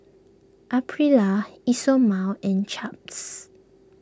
Aprilia Isomil and Chaps